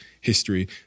history